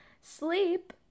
Sleep